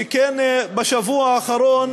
שכן בשבוע האחרון